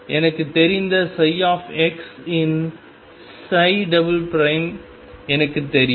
எனக்கு தெரிந்த x இன் எனக்கு தெரியும்